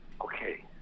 okay